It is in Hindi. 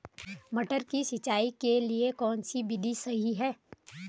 मटर की सिंचाई के लिए कौन सी विधि सही है?